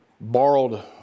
borrowed